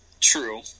True